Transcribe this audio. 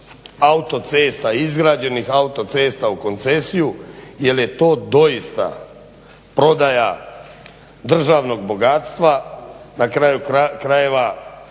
smo davanja izgrađenih autocesta u koncesiju jel je to doista prodaja državnog bogatstva. Na kraju krajeva